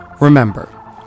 Remember